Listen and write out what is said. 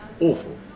Awful